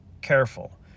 careful